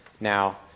now